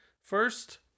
First